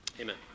Amen